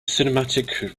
cinematic